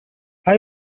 are